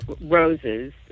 roses